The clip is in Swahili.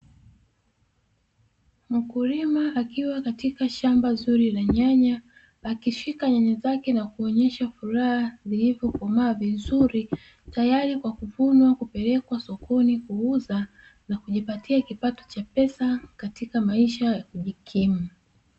Mkulima akiwa katika shamba zuri la nyanya, akishika nyanya zake na kuonyesha furaha, zilizokomaa vizuri tayari kwa kuvunwa kupelekwa sokoni kuuza na kujipatia kipato cha pesa katika maisha ya kujikimu.